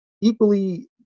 equally